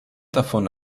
davon